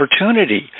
opportunity